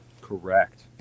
Correct